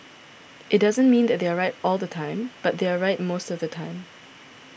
it doesn't mean they are right all the time but they are right most of the time